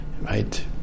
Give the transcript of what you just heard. right